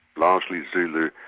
largely zulu,